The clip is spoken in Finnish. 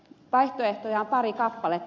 vaihtoehtoja on pari kappaletta